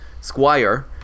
squire